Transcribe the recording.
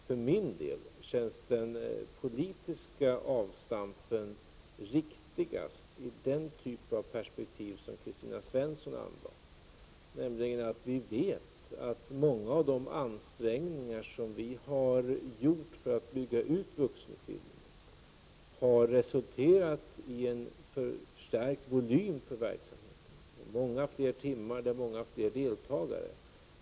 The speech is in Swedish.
För mig känns det politiska avstampet riktigast när det gäller den typ av perspektiv som Kristina Svensson angav. Vi vet ju att många av de ansträngningar som vi har gjort för att bygga ut vuxenutbildningen har resulterat i en förstärkt volym för verksamheten. Det är många fler timmar. Det är många fler deltagare.